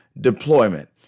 deployment